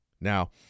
Now